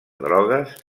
drogues